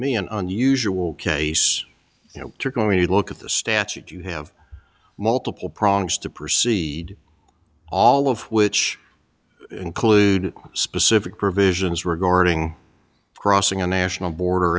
me an unusual case you know you're going to look at the statute you have multiple problems to proceed all of which include specific provisions regarding crossing international border